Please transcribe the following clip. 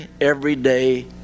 everyday